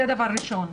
זה דבר ראשון,